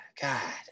god